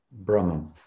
Brahman